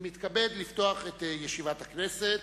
אני מתכבד לפתוח את ישיבת הכנסת.